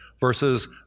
versus